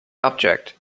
object